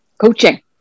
coaching